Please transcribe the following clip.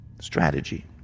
strategy